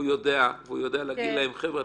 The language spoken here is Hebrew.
הוא יודע והוא יודע להגיד להם חבר'ה,